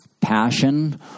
passion